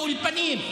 באולפנים.